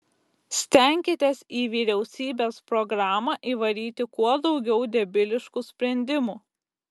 stenkitės į vyriausybės programą įvaryti kuo daugiau debiliškų sprendimų